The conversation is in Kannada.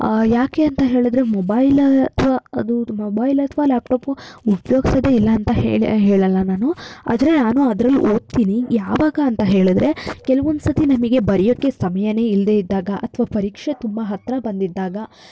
ಯಾಕೆ ಅಂತ ಹೇಳಿದ್ರೆ ಮೊಬೈಲ್ ಅಥ್ವ ಅದು ತು ಮೊಬೈಲ್ ಅಥವಾ ಲ್ಯಾಪ್ಟಾಪು ಉಪಯೋಗ್ಸೋದೆ ಇಲ್ಲ ಅಂತ ಹೇಳಿ ಹೇಳೊಲ್ಲ ನಾನು ಆದರೆ ನಾನು ಅದ್ರಲ್ಲಿ ಓದ್ತೀನಿ ಆದರೆ ಯಾವಾಗ ಅಂತ ಹೇಳಿದ್ರೆ ಕೆಲವೊಂದ್ಸರ್ತಿ ನಮಗೆ ಬರ್ಯೋಕ್ಕೆ ಸಮಯಾನೆ ಇಲ್ಲದೆ ಇದ್ದಾಗ ಅಥವಾ ಪರೀಕ್ಷೆ ತುಂಬ ಹತ್ತಿರ ಬಂದಿದ್ದಾಗ